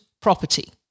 property